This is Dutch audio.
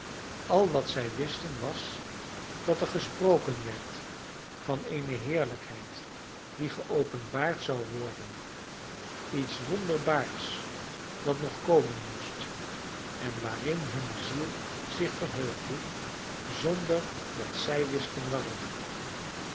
al wat zij wisten was dat er gesproken werd van eene heerlijkheid die geopenbaard zou worden iets wonderbaars dat nog komen moest en waarin hunne ziel zich verheugde zonder dat zij wisten waarom